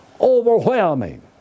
overwhelming